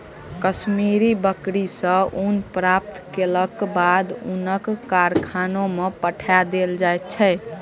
कश्मीरी बकरी सॅ ऊन प्राप्त केलाक बाद ऊनक कारखाना में पठा देल जाइत छै